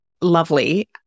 lovely